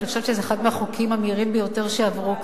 אני חושבת שזה אחד מהחוקים המהירים ביותר שעברו כאן,